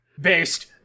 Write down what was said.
Based